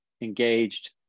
engaged